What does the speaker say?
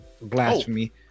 blasphemy